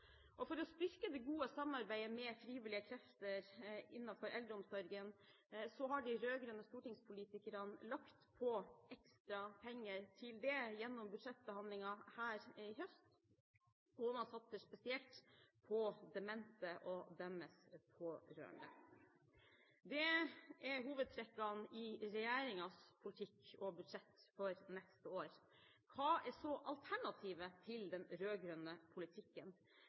hverdag. For å styrke det gode samarbeidet med frivillige krefter innenfor eldreomsorgen har de rød-grønne stortingspolitikerne lagt inn ekstra penger til det gjennom budsjettbehandlingen her i høst. Man satser spesielt på demente og deres pårørende. Det er hovedtrekkene i regjeringens politikk og budsjett for neste år. Hva er så alternativet til den rød-grønne politikken?